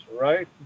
right